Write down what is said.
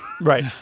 Right